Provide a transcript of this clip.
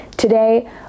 Today